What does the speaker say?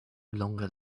longer